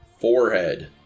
Forehead